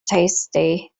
tasty